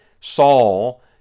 Saul